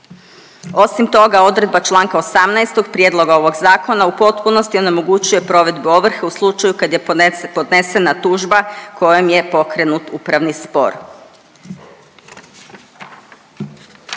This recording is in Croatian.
Osim toga, odredba Članka 18. prijedloga ovog zakona u potpunosti onemogućuje provedbu ovrhe u slučaju kada je podnesena tužba kojom je pokrenut upravni spor.